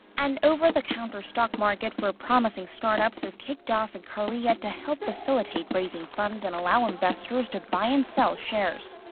an over-the-counter stock market for promising startups has kicked off in korea to help facilitate raising funds and allow investors to buy and sell shares.